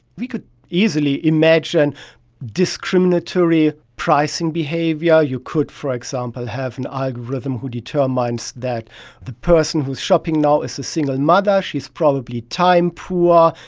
we could easily imagine discriminatory pricing behaviour. you could, for example, have an algorithm which determines that the person who is shopping now is a single mother, she is probably time poor,